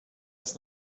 das